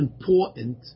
important